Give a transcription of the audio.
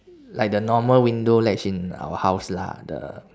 like the normal window ledge in our house lah the